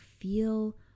feel